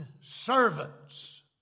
servants